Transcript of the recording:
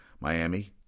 Miami